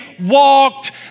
walked